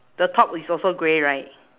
the top is also grey right